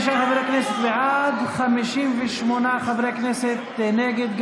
45 חברי כנסת בעד, 58 חברי כנסת נגד.